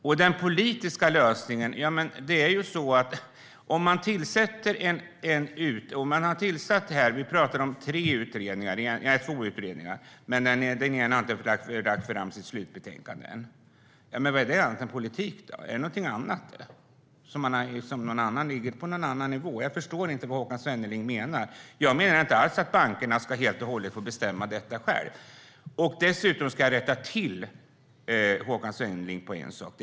När det gäller en politisk lösning pratar vi om två utredningar, men den ena har inte lagt fram sitt slutbetänkande än. Vad är det annat än politik? Ligger det på någon annan nivå? Jag förstår inte vad Håkan Svenneling menar. Jag menar inte alls att bankerna helt och hållet ska få bestämma detta själva. Dessutom ska jag rätta Håkan Svenneling på en punkt.